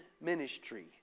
ministry